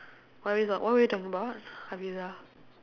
what we talk what were we talking about hafeezah